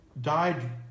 died